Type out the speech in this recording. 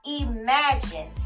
Imagine